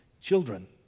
Children